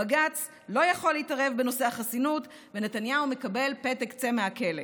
בג"ץ לא יכול להתערב בנושא החסינות ונתניהו מקבל פתק "צא מהכלא".